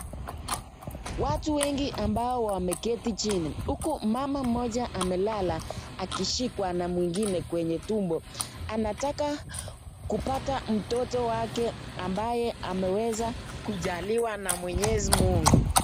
Watu wengi ambao wameketi chini uku mama mmoja amelala akishikwa na mwingine kwenye tumbo, anataka kupata mtoto wake ambaye ameweza kujaliwa na mwenyezi Mungu.